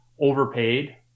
overpaid